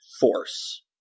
force